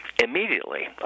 Immediately